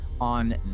on